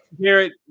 Garrett